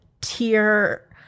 tier